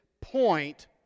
point